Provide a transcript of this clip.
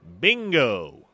Bingo